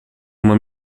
uma